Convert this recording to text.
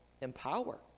empower